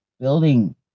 building